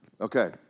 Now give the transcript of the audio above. Okay